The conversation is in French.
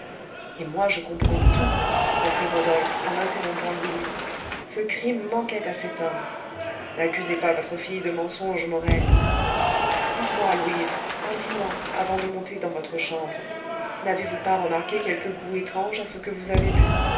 et moi je comprends tout reprit rodolphe en interrompant louise ce crime manquait à cet homme n'accusez pas votre fille de mensonge morel dites-moi louise en dînant avant de monter dans votre chambre n'avez-vous pas remarqué quelque goût étrange à ce que vous avez bu